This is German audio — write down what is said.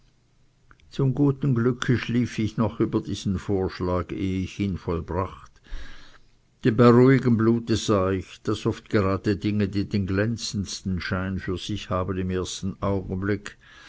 zum guten glücke schlief ich noch über diesen vorschlag ehe ich ihn vollbracht denn bei ruhigem blut sah ich daß oft gerade dinge die den glänzendsten schein für sich haben im ersten augenblick